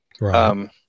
Right